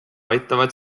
aitavad